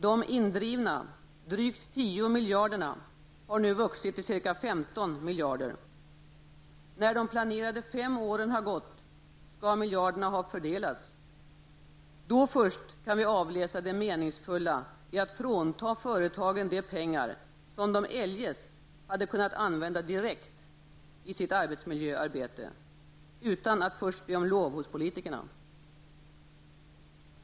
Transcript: De indrivna drygt 10 miljarderna har nu vuxit till ca 15. När de planerade fem åren har gått skall miljarderna ha fördelats. Då först kan vi avläsa det meningsfulla i att frånta företagen de pengar som de eljest hade kunnat använda direkt i sitt arbetsmiljöarbete -- utan att först be om lov hos politikerna.